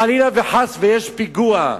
חלילה וחס ויש פיגוע,